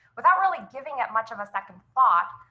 without really giving it much of a second thought.